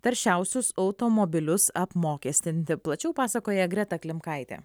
taršiausius automobilius apmokestinti plačiau pasakoja greta klimkaitė